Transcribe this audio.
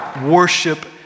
worship